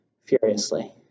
furiously